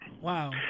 Wow